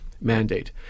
mandate